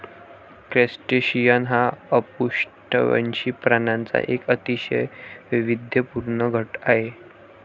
crustacean हा अपृष्ठवंशी प्राण्यांचा एक अतिशय वैविध्यपूर्ण गट आहे